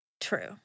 True